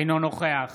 אינו נוכח